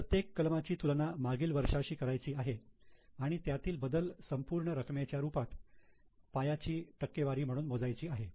प्रत्येक कलमाची तुलना मागील वर्षाशी करायची आहे आणि त्यातील बदल संपूर्ण रकमेच्या रूपात पायाची टक्केवारी म्हणून मोजायचा आहे